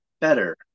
better